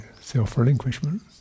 self-relinquishment